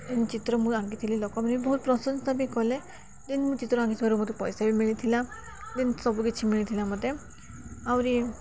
ଯେ ଚିତ୍ର ମୁଁ ଆଙ୍କିଥିଲି ଲୋକମାନେ ବି ବହୁତ ପ୍ରଶଂସା ବି କଲେ ଯେନ୍ ମୁଁ ଚିତ୍ର ଆଙ୍କିଥିବାରୁ ମୋତେ ପଇସା ବି ମିଳିଥିଲା ଯେନ୍ ସବୁକିଛି ମିଳିଥିଲା ମୋତେ ଆହୁରି